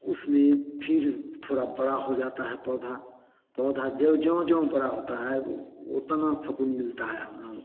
उसमें फिर थोड़ा बड़ा हो जाता है पौधा पौधा ज्यो ज्यो बड़ा होता है उतना सुकून मिलता है हम लोगों को